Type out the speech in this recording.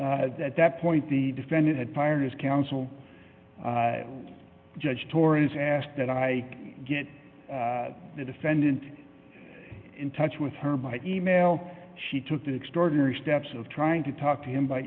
at that point the defendant had fired his counsel judge torres asked that i get the defendant in touch with her by e mail she took the extraordinary steps of trying to talk to him by